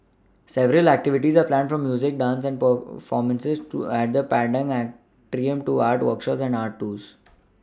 several activities are planned from music dance performances at the Padang Atrium to art workshops and art tours